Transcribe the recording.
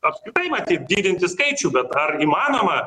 apskritai matyt didinti skaičių bet ar įmanoma